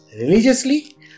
religiously